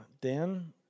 Dan